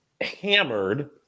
hammered